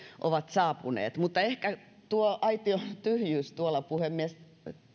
ovat saapuneet mutta ehkä tuo aition tyhjyys tuolla puhemies